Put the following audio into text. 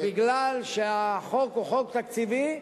מפני שהחוק הוא חוק תקציבי,